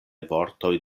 vortoj